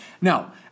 Now